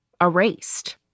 erased